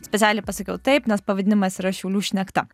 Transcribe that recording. specialiai pasakiau taip nes pavadinimas yra šiaulių šnekta